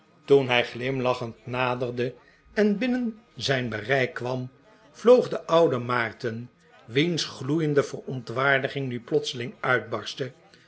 toen hij glimlachend naderde en binnen zijn bereik kwam vloog de oude maarten wiens gloeiende verontwaardiging nu plotseling uitbarstte